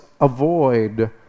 avoid